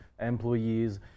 employees